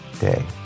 day